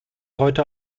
heute